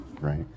right